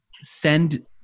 send